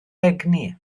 egni